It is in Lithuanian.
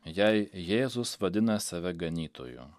jei jėzus vadina save ganytoju